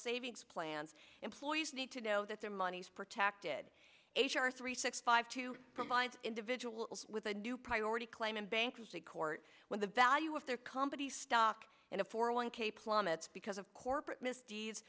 savings plans employees need to know that their money is protected h r three six five to provide individuals with a new priority claim in bankruptcy court when the value of their company's stock in a four one k plummets because of corporate misdeeds